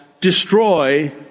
destroy